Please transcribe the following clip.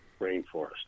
rainforest